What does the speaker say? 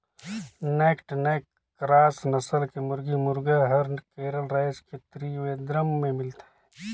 naked neck cross नसल के मुरगी, मुरगा हर केरल रायज के त्रिवेंद्रम में मिलथे